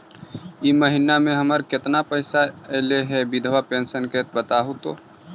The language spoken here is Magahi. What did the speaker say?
इ महिना मे हमर केतना पैसा ऐले हे बिधबा पेंसन के बताहु तो?